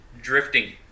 drifting